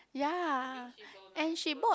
ya and she bought